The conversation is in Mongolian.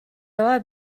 яваа